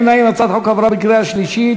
החוק עברה בקריאה שלישית